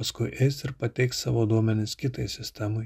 paskui eis ir pateiks savo duomenis kitai sistemai